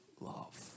love